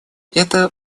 это